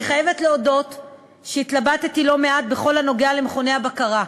אני חייבת להודות שהתלבטתי לא מעט בכל הנוגע למכוני הבקרה,